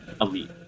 elite